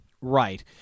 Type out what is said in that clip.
Right